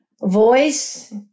voice